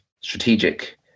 strategic